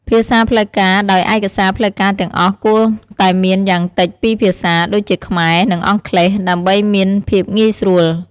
ភាសាផ្លូវការដោយឯកសារផ្លូវការទាំងអស់គួរតែមានយ៉ាងតិចពីរភាសា ដូចជាខ្មែរ និងអង់គ្លេស ដើម្បីមានភាពងាយស្រួល។